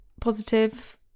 positive